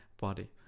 body